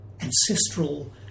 ancestral